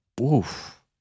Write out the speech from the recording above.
Oof